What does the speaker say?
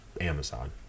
Amazon